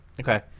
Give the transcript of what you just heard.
Okay